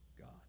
God